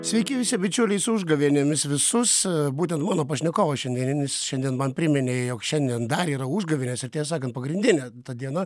sveiki visi bičiuliai su užgavėnėmis visus būtent mano pašnekovas šiandieninis šiandien man priminė jog šiandien dar yra užgavėnės ir tiesą sakant pagrindinė ta diena